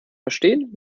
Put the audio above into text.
verstehen